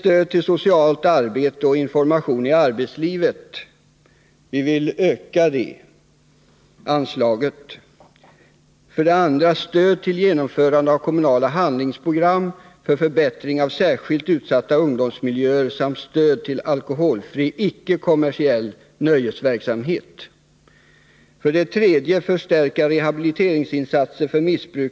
Stöd till socialt arbete och information i arbetslivet. Vi vill öka anslaget för detta.